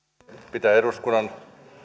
pitää eduskunnan